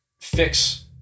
fix